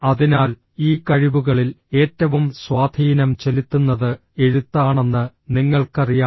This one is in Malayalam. അതിനാൽ ഈ കഴിവുകളിൽ ഏറ്റവും സ്വാധീനം ചെലുത്തുന്നത് എഴുത്താണെന്ന് നിങ്ങൾക്കറിയാം